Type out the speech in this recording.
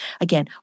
Again